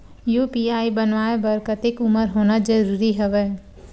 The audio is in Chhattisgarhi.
यू.पी.आई बनवाय बर कतेक उमर होना जरूरी हवय?